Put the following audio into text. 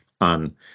on